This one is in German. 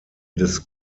des